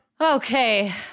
Okay